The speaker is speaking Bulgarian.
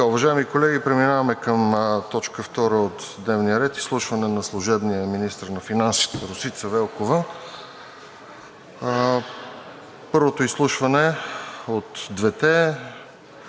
Уважаеми колеги, преминаваме към точка втора от дневния ред – изслушване на служебния министър на финансите Росица Велкова. Първото изслушване от двете